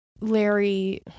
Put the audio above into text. Larry